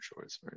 choice